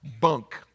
Bunk